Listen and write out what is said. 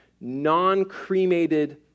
non-cremated